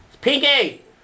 Pinky